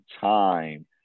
time